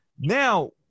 Now